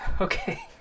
okay